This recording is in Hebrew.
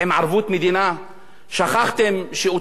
שכחתם שאותה ממשלה נתנה מאות מיליוני